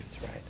right